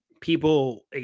People